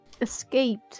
escaped